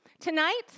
Tonight